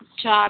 अच्छा